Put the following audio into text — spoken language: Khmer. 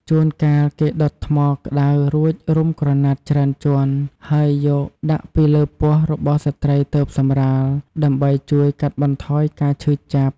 ជួនកាល គេដុតថ្មក្ដៅរួចរុំក្រណាត់ច្រើនជាន់ ហើយយកដាក់ពីលើពោះរបស់ស្ត្រីទើបសម្រាល ដើម្បីជួយកាត់បន្ថយការឈឺចាប់។